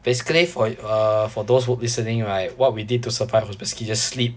basically for uh for those who listening right what we did to survive was basically just sleep